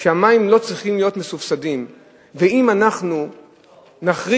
שהמים לא צריכים להיות מסובסדים ואם אנחנו נחריג